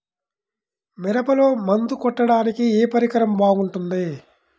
మిరపలో మందు కొట్టాడానికి ఏ పరికరం బాగుంటుంది?